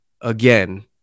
again